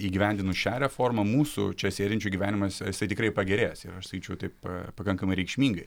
įgyvendinus šią reformą mūsų čia sėdinčių gyvenimas jisai tikrai pagerės ir aš sakyčiau taip pakankamai reikšmingai